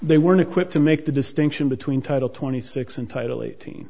they weren't equipped to make the distinction between title twenty six and title eighteen